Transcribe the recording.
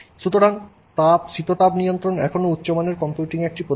সুতরাং শীতাতপনিয়ন্ত্রণ এখনও উচ্চ মানের কম্পিউটিংয়ের একটি প্রধান দিক